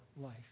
life